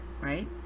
right